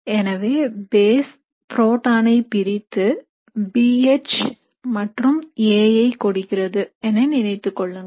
எனவே base புரோட்டானை பிரித்து B H மற்றும் A ஐ கொடுக்கிறது என நினைத்துக் கொள்ளுங்கள்